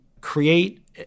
create